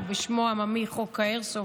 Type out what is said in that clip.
או בשמו העממי "חוק האיירסופט".